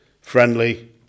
friendly